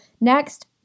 next